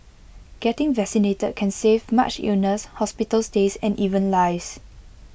getting vaccinated can save much illness hospital stays and even lies